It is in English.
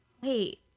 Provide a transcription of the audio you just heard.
wait